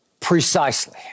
Precisely